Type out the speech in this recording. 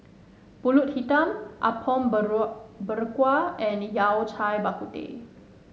pulut Hitam Apom Berkuah and Yao Cai Bak Kut Teh